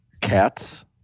Cats